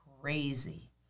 crazy